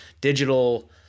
digital